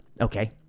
okay